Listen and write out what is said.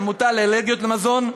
העמותה לאלרגיות מזון.